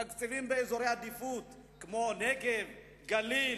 תקציבים לאזורי עדיפות כמו הנגב והגליל,